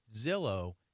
Zillow